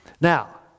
Now